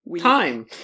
time